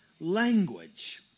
language